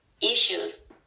issues